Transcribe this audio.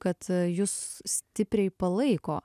kad jus stipriai palaiko